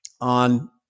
on